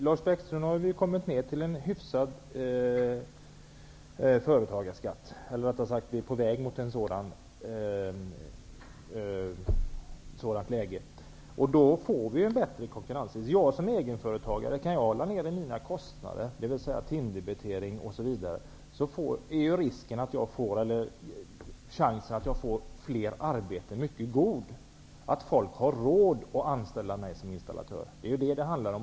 Herr talman! Nu är vi i Sverige, Lars Bäckström, på väg mot en hyfsad företagarskatt. Det betyder ett bättre konkurrensläge. Själv är jag egenföretagare. Om jag kan hålla nere kostnaderna i mitt företag, t.ex. timdebiteringen, är chansen mycket stor att jag får mer arbete. Folk har ju då råd att anställa mig som installatör. Det är vad det handlar om.